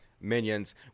minions